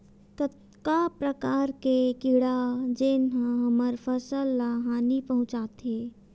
कतका प्रकार के कीड़ा जेन ह हमर फसल ल हानि पहुंचाथे?